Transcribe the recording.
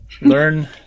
learn